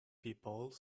people